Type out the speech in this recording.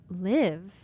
live